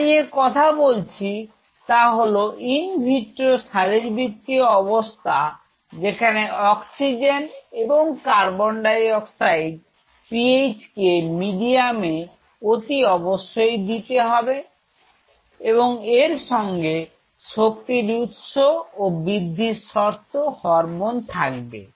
যা নিয়ে কথা বলছি তা হল ইন ভিট্রো শারীরবৃত্তীয় অবস্থা যেখানে অক্সিজেন এবং কার্বন ডাই অক্সাইড PH কে মিডিয়ামে অতি অবশ্যই দিতে হবে এবং এর সঙ্গে শক্তির উৎস ও বৃদ্ধির শর্ত হরমোন থাকবে